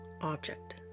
object